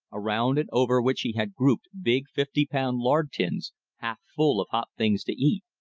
around and over which he had grouped big fifty-pound lard-tins, half full of hot things to eat.